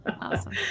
Awesome